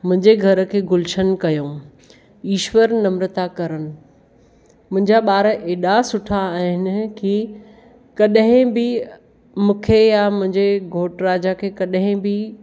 मुंहिंजे घर खे गुलशन कयो ईश्वर नम्रता करणु मुंहिंजा ॿार एॾा सुठा आहिनि की कॾहिं बि मूंखे या मुंहिंजे घोटु राजा जे कॾहिं बि